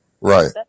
Right